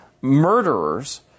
murderers